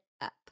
up